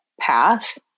path